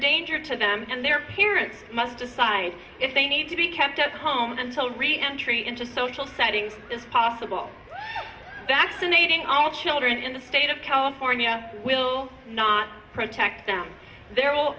danger to them and their parents must decide if they need to be kept at home until reentry into social settings is possible that's the natan all children in the state of california will not protect them there